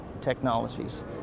technologies